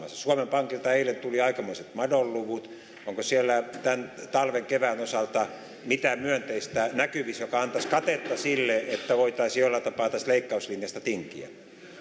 tapahtumassa suomen pankilta eilen tuli aikamoiset madonluvut onko siellä tämän talven kevään osalta mitään myönteistä näkyvissä joka antaisi katetta sille että voitaisiin jollain tapaa tästä leikkauslinjasta tinkiä